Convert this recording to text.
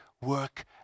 work